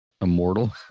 Immortal